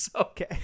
Okay